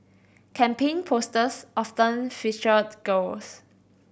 campaign posters often featured girls